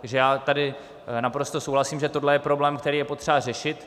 Takže já tady naprosto souhlasím, že tohle je problém, který je potřeba řešit.